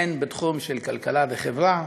הן בתחום הכלכלה והחברה,